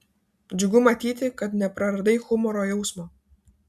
džiugu matyti kad nepraradai humoro jausmo